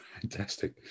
Fantastic